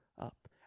up